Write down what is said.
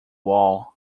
wall